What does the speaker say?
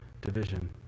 division